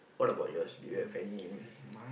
what about yours do you have any